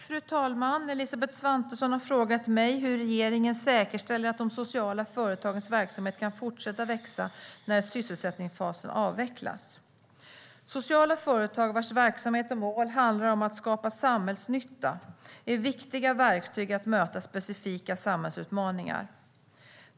Fru talman! Elisabeth Svantesson har frågat mig hur regeringen säkerställer att de sociala företagens verksamhet kan fortsätta växa när sysselsättningsfasen avvecklas. Sociala företag vars verksamhet och mål handlar om att skapa samhällsnytta är viktiga verktyg för att möta specifika samhällsutmaningar.